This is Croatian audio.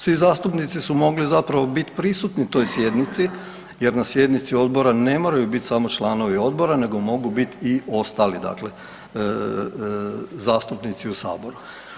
Svi zastupnici su mogli zapravo biti prisutni toj sjednici, jer na sjednici odbora ne moraju biti samo članovi odbora, nego mogu biti i ostali, dakle zastupnici u Saboru.